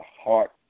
heart